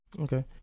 Okay